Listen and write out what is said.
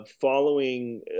following